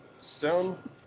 stone